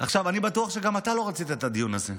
אני בטוח שגם אתה לא רצית את הדיון הזה.